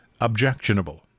objectionable